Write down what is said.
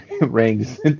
rings